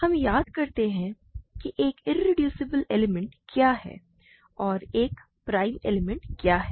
हम याद करते हैं कि एक इरेड्यूसिबल एलिमेंट क्या है और एक प्राइम एलिमेंट क्या है